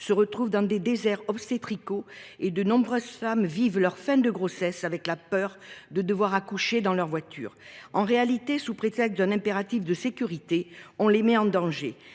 se retrouvent dans des déserts obstétricaux et de nombreuses femmes vivent la fin de leur grossesse avec la peur de devoir accoucher dans leur voiture. En réalité, sous prétexte d’un impératif de sécurité, on les met en danger